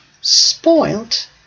spoilt